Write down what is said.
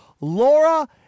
Laura